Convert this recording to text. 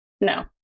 No